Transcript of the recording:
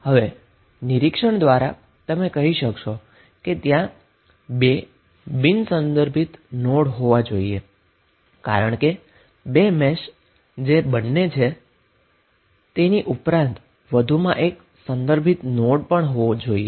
હવે નિરીક્ષણ દ્વારા તમે કહી શકશો કે ત્યાં બે નોન રેફરન્સ નોડ હોવો જોઈએ કારણ કે બે મેશ બને છે તેની ઉપરાંત વધુમાં એક રેફરન્સ નોડ પણ હોવો જોઈએ